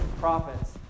profits